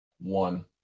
One